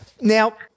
Now